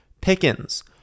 Pickens